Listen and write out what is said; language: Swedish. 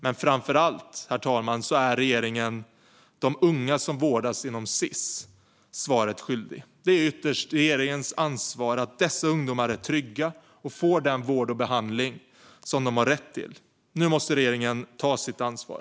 Men framför allt är regeringen skyldig de unga som vårdas inom Sis ett svar. Det är ytterst regeringens ansvar att dessa ungdomar är trygga och får den vård och behandling de har rätt till. Nu måste regeringen ta sitt ansvar.